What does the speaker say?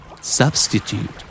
Substitute